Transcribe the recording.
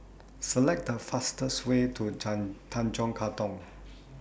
Select The fastest Way to Tanjong Katong